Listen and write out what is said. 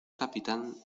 capitán